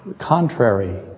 contrary